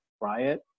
Riot